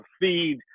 feed